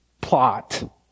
plot